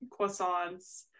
Croissants